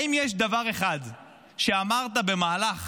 האם יש דבר אחד שאמרת במהלך